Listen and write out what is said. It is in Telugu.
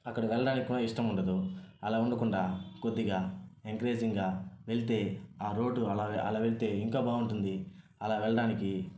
అక్కడ వెల్లడానికి కూడా ఇష్టం ఉండదు అలాఉండకుండా కొద్దిగా ఎంకరేజింగ్గా వెళ్తే ఆ రోడ్డు అలాగ అలా వెళ్తే ఇంకా బాగుంటుంది అలా వెళ్ళడానికీ